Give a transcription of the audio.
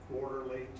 quarterly